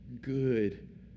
good